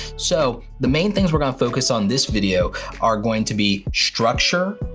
so, the main things we're gonna focus on this video are going to be structure,